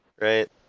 right